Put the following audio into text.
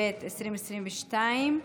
2022,